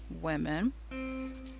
women